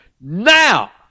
now